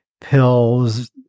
pills